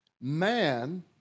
Man